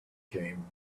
came